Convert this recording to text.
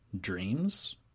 dreams